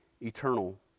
eternal